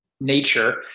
nature